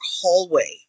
hallway